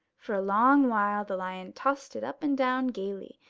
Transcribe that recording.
for a long while the lion tossed it up and down gaily,